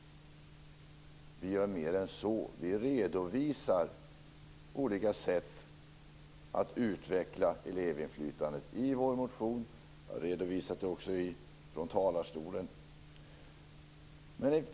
Vi gör mer än så. Vi redovisar i vår motion, och jag har från talarstolen redovisat olika sätt att utveckla elevinflytandet.